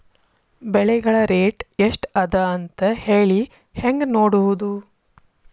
ಬೆಳೆಗಳ ರೇಟ್ ಎಷ್ಟ ಅದ ಅಂತ ಹೇಳಿ ಹೆಂಗ್ ನೋಡುವುದು?